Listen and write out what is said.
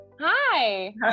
Hi